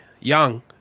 young